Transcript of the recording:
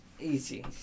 Easy